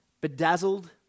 bedazzled